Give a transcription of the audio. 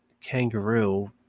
kangaroo